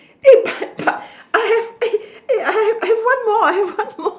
eh but but I have eh I have one more I have one more